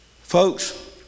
Folks